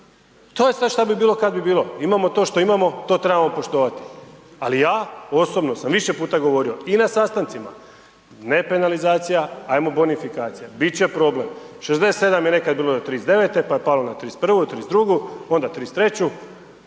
To je sve što bi bilo kada bi bilo. Imamo to što imamo, to trebamo poštovati. Ali ja, osobno sam više puta govorio i na sastancima, ne penalizacija ajmo bonifikacija, biti će problem. 67 je nekada bilo do 39, pa je palo na 31., 32., onda 33.